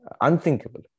unthinkable